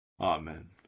Amen